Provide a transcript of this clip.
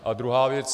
A druhá věc.